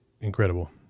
incredible